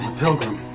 pilgrim.